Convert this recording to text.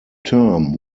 term